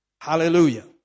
Hallelujah